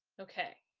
okay.